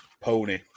pony